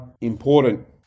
important